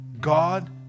God